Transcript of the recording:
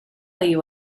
you